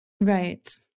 Right